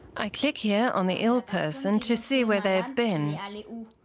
i click here on the ill person to see where they have been. yeah like